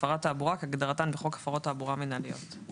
"הפרת תעבורה" כהגדרתן בחוק הפרות תעבורה מינהליות;";